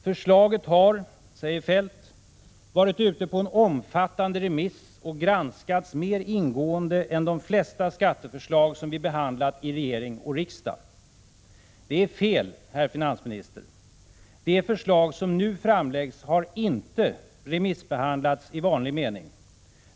Förslaget har, säger Feldt, varit ute på en omfattande remiss och granskats mer ingående än de flesta skatteförslag som vi behandlat i regering och riksdag. Det är fel, herr finansminister. Det förslag som nu framläggs har inte remissbehandlats i vanlig mening.